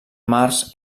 març